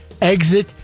exit